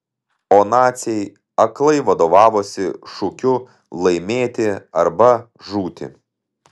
o naciai aklai vadovavosi šūkiu laimėti arba žūti